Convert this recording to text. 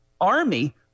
Army